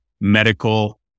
medical